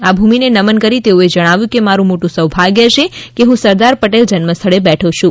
આ ભૂમિને નમન કરી તેઓએ જણાવ્યું કે મારું મોટું સૌભાગ્ય છે હું સરદાર પટેલ જન્મ સ્થળે બેઠો છું